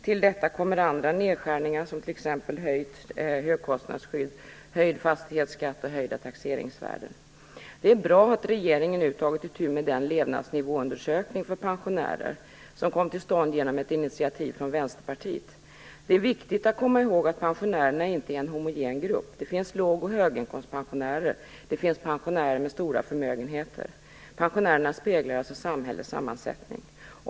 Till detta kommer andra nedskärningar, som höjt högkostnadsskydd, höjd fastighetsskatt och höjda taxeringsvärden. Det är bra att regeringen nu har tagit itu med den levnadsnivåundersökning för pensionärer som kom till stånd genom ett initiativ från Vänsterpartiet. Det är viktigt att komma ihåg att pensionärerna inte är en homogen grupp. Det finns låg och höginkomstpensionärer. Det finns pensionärer med stora förmögenheter. Pensionärerna speglar alltså samhällets sammansättning.